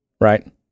right